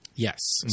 Yes